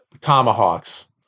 tomahawks